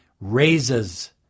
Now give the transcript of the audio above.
raises